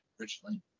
originally